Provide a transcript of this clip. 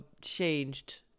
changed